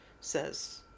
says